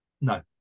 No